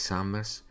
Summers